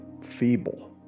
feeble